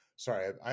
Sorry